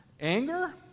anger